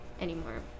anymore